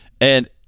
And-